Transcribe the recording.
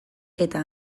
eta